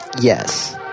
Yes